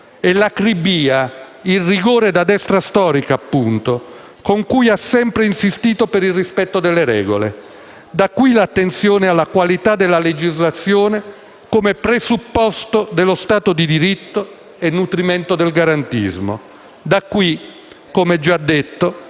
l'acribia e il rigore, da destra storica appunto, con cui ha sempre insistito per il rispetto delle regole. Da qui l'attenzione alla qualità della legislazione come presupposto dello Stato di diritto e nutrimento del garantismo; da qui, come già detto,